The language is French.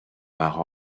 par